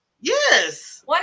yes